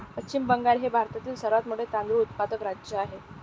पश्चिम बंगाल हे भारतातील सर्वात मोठे तांदूळ उत्पादक राज्य आहे